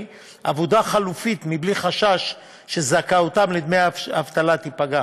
עבודה חלופית בלי חשש שזכאותם לדמי אבטלה תיפגע.